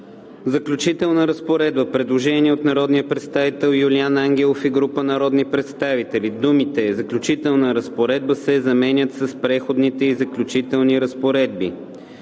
„Заключителна разпоредба“. Предложение от народния представител Юлиан Ангелов и група народни представители: „Думите „Заключителна разпоредба“ се заменят с „Преходните и заключителни разпоредби“.“